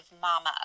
mama